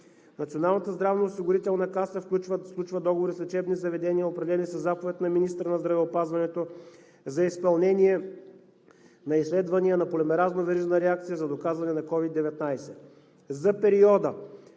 Националната здравноосигурителна каса сключва договори с лечебни заведения, определени със заповед на министъра на здравеопазването за изпълнение на изследвания на полимеразна верижна реакция за доказване на COVID-19. За периода